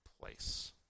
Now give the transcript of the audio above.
place